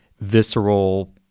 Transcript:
visceral